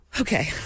Okay